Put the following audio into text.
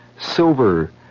silver